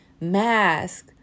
mask